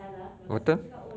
betul